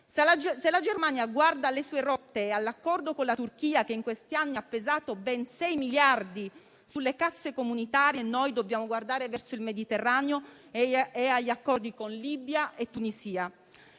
Se la Germania guarda alle sue rotte e all'accordo con la Turchia che in questi anni ha pesato ben sei miliardi sulle casse comunitarie, noi dobbiamo guardare verso il Mediterraneo e agli accordi con Libia e Tunisia.